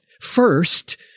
first